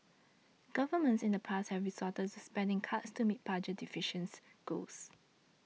governments in the past have resorted to spending cuts to meet budget deficits goals